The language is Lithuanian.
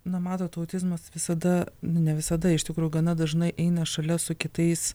na matot autizmas visada nu ne visada iš tikrųjų gana dažnai eina šalia su kitais